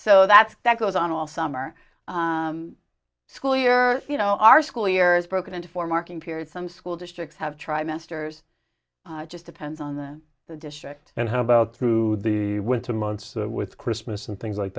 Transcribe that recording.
that's that goes on all summer school year or you know our school year is broken into four marking periods some school districts have trimesters just depends on that the district and how about through the winter months with christmas and things like